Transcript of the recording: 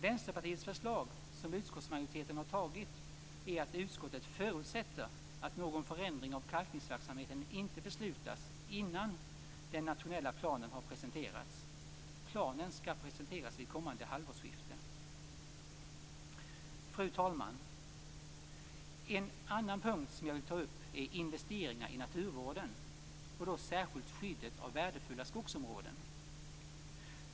Vänsterpartiets förslag, som utskottsmajoriteten har antagit, är att utskottet förutsätter att någon förändring av kalkningsverksamheten inte beslutas innan den nationella planen har presenterats. Planen skall presenteras vid kommande halvårsskifte. Fru talman! En annan punkt som jag vill ta upp är investeringar i naturvården, och då särskilt skyddet av värdefulla skogsområden.